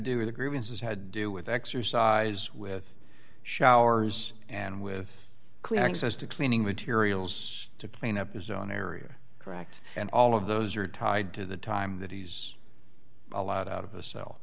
do with agreements as had do with exercise with showers and with clear access to cleaning materials to clean up his own area correct and all of those are tied to the time that he's allowed out of